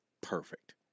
perfect